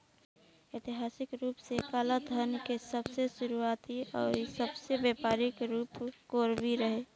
ऐतिहासिक रूप से कालाधान के सबसे शुरुआती अउरी सबसे व्यापक रूप कोरवी रहे